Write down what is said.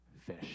fish